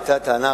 הטענה היתה,